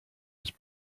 his